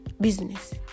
business